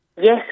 Yes